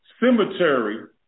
cemetery